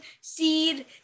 seed